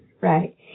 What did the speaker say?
right